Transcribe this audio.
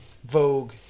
Vogue